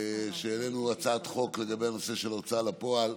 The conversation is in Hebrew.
כשהעלינו הצעת חוק לגבי הנושא של ההוצאה לפועל,